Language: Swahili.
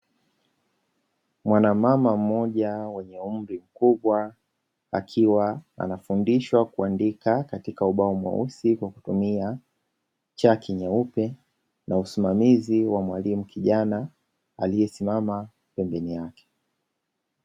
Mwanamama mmoja mwenye umri mkubwa, akiwa anafundishwa kuandika katika ubao mweusi kwa kutumia chaki nyeupe na usumamizi wa mwalimu kijana, aliye simama pembeni yake.